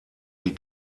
die